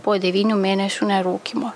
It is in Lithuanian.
po devynių mėnesių nerūkymo